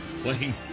playing